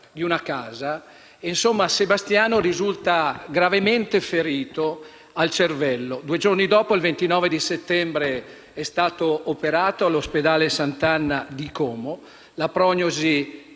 di una casa. Sebastiano è risultato gravemente ferito al cervello. Due giorni dopo, il 29 settembre, è stato operato all’ospedale Sant’Anna di Como. La prognosi